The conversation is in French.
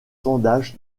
sondages